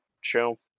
show